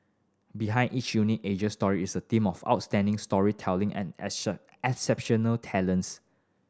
behind each unique Asian story is a team of outstanding storytelling and exceptional talents